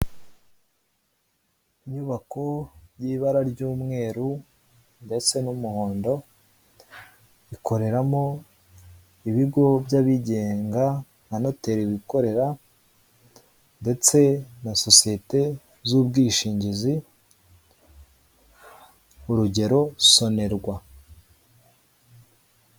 Inyubako y'ibara ry'umweru ndetse n'umuhondo, ikoreramo ibigo by'abigenga nka noteri wikorera ndetse na sosiyete z'ubwishingizi urugero sonerwa.